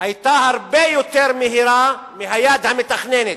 היתה הרבה יותר מהירה מהיד המתכננת,